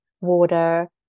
water